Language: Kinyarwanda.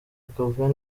akavuyo